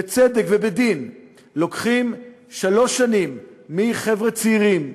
בצדק ובדין, לוקחים שלוש שנים מחבר'ה צעירים,